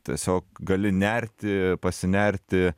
tiesiog gali nerti pasinerti